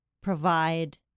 provide